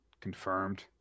Confirmed